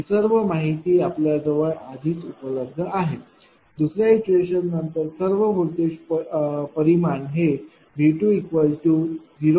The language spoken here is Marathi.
ही सर्व माहिती आपल्या जवळ आधीच उपलब्ध आहे दुसर्या इटरेशन नंतर सर्व व्होल्टेज परिमाण हे V20